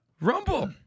Rumble